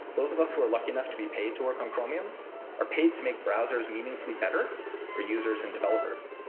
those of us who are lucky enough to be paid to work on chromium are paid to make browsers meaningfully better for users and developers.